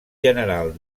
general